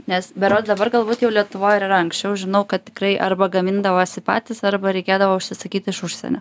nes berods dabar galbūt jau lietuvoj ir yra anksčiau žinau kad tikrai arba gamindavosi patys arba reikėdavo užsisakyt iš užsienio